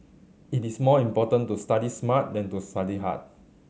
it is more important to study smart than to study hard